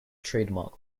trademark